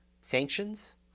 sanctions